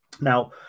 Now